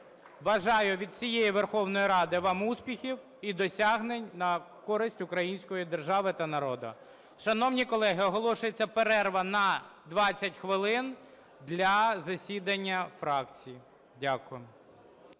Бажаю від всієї Верховної Ради вам успіхів і досягнень на користь української держави та народу. Шановні колеги, оголошується перерва на 20 хвилин для засідання фракцій. Дякую.